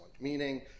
meaning